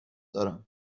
دارم